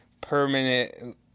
permanent